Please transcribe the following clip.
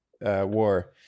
war